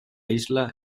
isla